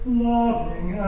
loving